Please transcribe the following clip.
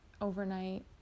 overnight